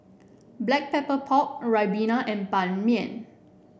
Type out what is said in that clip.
Black Pepper Pork Ribena and Ban Mian